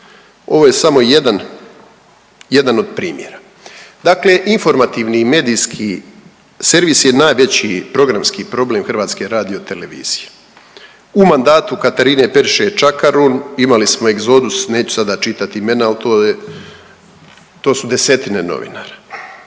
Ovo je samo jedan, jedan od primjera. Dakle, informativni i medijski servis je najveći programski problem HRT-a. U mandatu Katarine Periše Čakarun imali smo egzodus neću sada čitati imena, ali to je, to su desetine novinara.